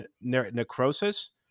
necrosis